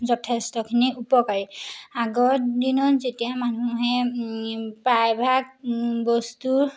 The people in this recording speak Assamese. যথেষ্টখিনি উপকাৰী আগৰ দিনত যেতিয়া মানুহে প্ৰায়ভাগ বস্তু